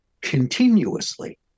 continuously